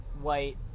white